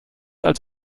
als